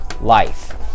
life